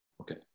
Okay